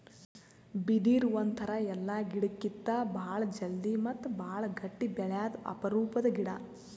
ಬಿದಿರ್ ಒಂಥರಾ ಎಲ್ಲಾ ಗಿಡಕ್ಕಿತ್ತಾ ಭಾಳ್ ಜಲ್ದಿ ಮತ್ತ್ ಭಾಳ್ ಗಟ್ಟಿ ಬೆಳ್ಯಾದು ಅಪರೂಪದ್ ಗಿಡಾ